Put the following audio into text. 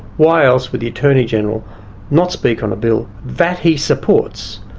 why else would the attorney general not speak on a bill that he supports,